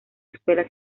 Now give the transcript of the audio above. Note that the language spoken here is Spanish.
escuela